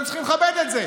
אתם צריכים לכבד את זה.